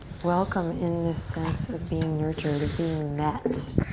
welcome in this sense of being nurtured, of being met,